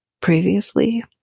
previously